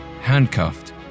handcuffed